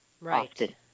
Right